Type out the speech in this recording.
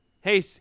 Hey